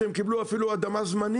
כשהם אפילו קיבלו אדמה זמנית.